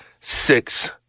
six